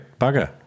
bugger